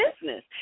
business